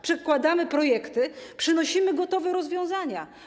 Przedkładamy projekty, przynosimy gotowe rozwiązania.